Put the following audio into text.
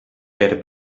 per